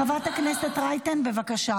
חברת הכנסת רייטן, בבקשה.